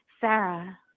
Sarah